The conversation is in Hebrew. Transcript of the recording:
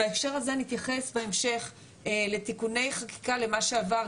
בהקשר הזה נתייחס בהמשך לתיקוני חקיקה למה שעבר,